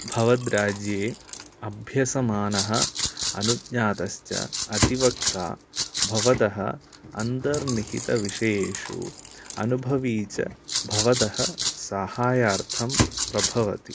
भवद्राज्ये अभ्यसमानः अनुज्ञातश्च अदिवक्ता भवतः अन्तर्निहितविषयेषु अनुभवी च भवतः साहाय्यार्थं प्रभवति